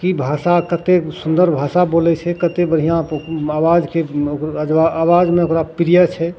कि भाषा कतेक सुन्दर भाषा बोलै छै कतेक बढ़िआँ आवाजके आवाजमे ओकरा प्रिय छै